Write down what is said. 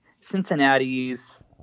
Cincinnati's –